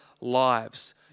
lives